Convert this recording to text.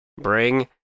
Bring